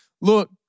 look